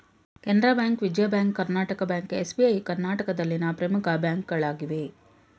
Canara bank, Vijaya bank, Karnataka bank, SBI ಕರ್ನಾಟಕದಲ್ಲಿನ ಪ್ರಮುಖ ಬ್ಯಾಂಕ್ಗಳಾಗಿವೆ